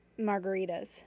margaritas